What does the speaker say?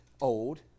old